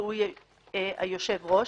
והוא יהיה היושב ראש,